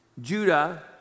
Judah